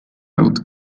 old